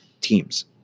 teams